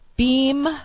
...beam